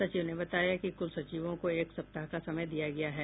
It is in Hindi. सचिव ने बताया कि कुलसचिवों को एक सप्ताह का समय दिया गया है